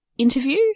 interview